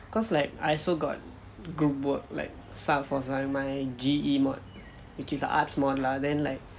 cause like I also got group work like G_E module which is a arts module lah then like